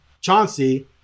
Chauncey